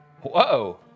Whoa